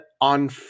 on